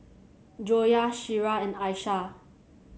Joyah Syirah and Aisyah